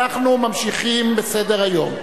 אנחנו ממשיכים בסדר-היום.